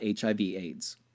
HIV-AIDS